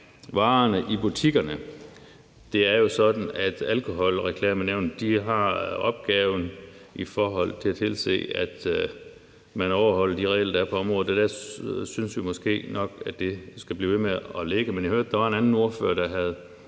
Alkoholreklamenævnet har opgaven i forhold til at tilse, at man overholder de regler, der er på området, og der synes vi måske nok også at det skal blive ved med at ligge.